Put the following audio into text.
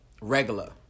regular